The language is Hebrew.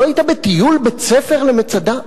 לא היית בטיול בית-ספר למצדה?